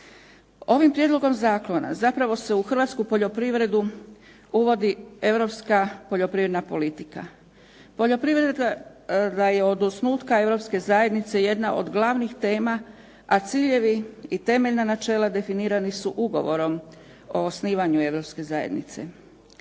Ovim prijedlogom zakona zapravo se u hrvatsku poljoprivredu uvodi europska poljoprivredna politika. Poljoprivreda je od osnutka europske zajednice jedna od glavnih tema, a ciljevi i temeljna načela definirani su Ugovorom o osnivanju europske zajednice.